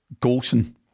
Golson